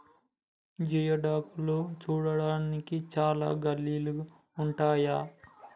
geoduck లు చూడడానికి చాలా గలీజ్ గా ఉంటయ్